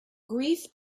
grief